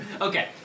Okay